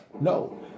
No